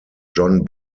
john